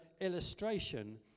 illustration